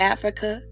Africa